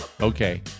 Okay